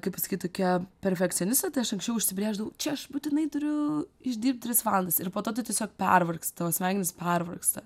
kaip pasakyt tokia perfekcionistė tai aš anksčiau užsibrėždavau čia aš būtinai turiu išdirbt tris valandas ir po to tu tiesiog pervargst tavo smegenys pervargsta